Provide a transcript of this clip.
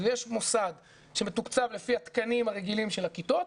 יש מוסד שמתוקצב לפי התקנים הרגילים של הכיתות,